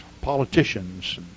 politicians